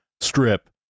strip